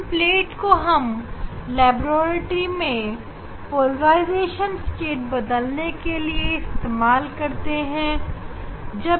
इन plate को हम laboratory में पोलराइजेशन स्टेट बदलने के लिए इस्तेमाल करते हैं